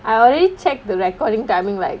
I already check the recording timing like